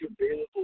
available